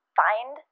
find